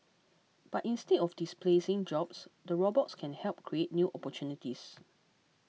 but instead of displacing jobs the robots can help create new opportunities